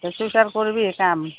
তই কৰিবি কাম